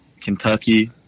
Kentucky